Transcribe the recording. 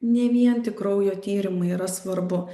ne vien tik kraujo tyrimai yra svarbu